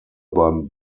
beim